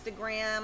instagram